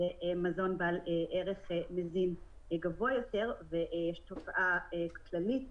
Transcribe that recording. הוא מזון בעל ערך מזין גבוה יותר ויש תופעה כללית,